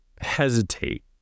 hesitate